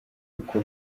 uko